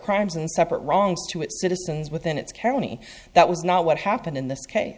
crimes and separate wrongs to its citizens within its county that was not what happened in this case